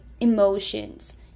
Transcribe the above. emotions